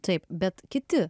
taip bet kiti